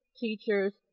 teachers